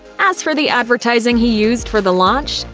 as for the advertising he used for the launch?